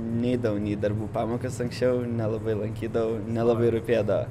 neidavau nei į darbų pamokas anksčiau nelabai lankydavau nelabai rūpėdavo